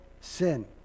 sin